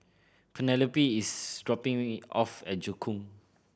Penelope is dropping me off at Joo Koon